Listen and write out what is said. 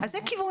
שנית,